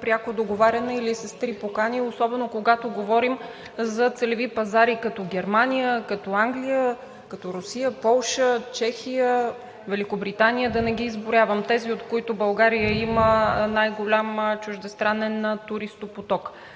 пряко договаряне или с три покани, особено когато говорим за целеви пазари като Германия, Англия, Русия, Полша, Чехия, Великобритания, да не ги изброявам – тези, от които България има най-голям чуждестранен туристопоток.